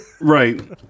Right